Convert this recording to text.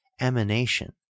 emanation